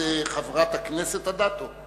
זו חברת הכנסת אדטו.